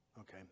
Okay